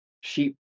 sheep